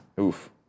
Oof